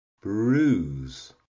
bruise